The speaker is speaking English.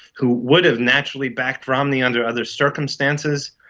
who would have naturally backed romney under other circumstances.